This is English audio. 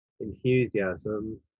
enthusiasm